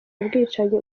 ubwicanyi